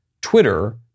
Twitter